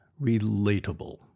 relatable